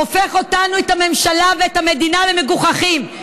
הופך אותנו, את הממשלה ואת המדינה, למגוחכים.